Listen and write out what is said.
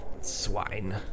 Swine